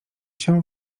się